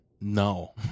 No